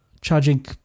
charging